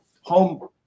home